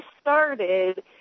started